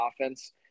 offense